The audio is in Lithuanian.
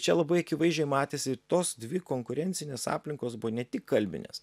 čia labai akivaizdžiai matėsi tos dvi konkurencinės aplinkos buvo ne tik kalbinės